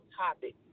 topic